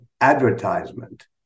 advertisement